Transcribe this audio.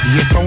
Yes